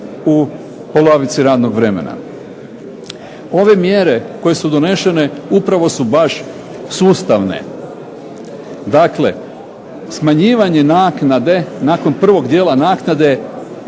u polovici radnog vremena. Ove mjere koje su donesene upravo su baš sustavne. Dakle, smanjivanje naknade nakon prvog dijela naknade,